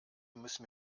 müssen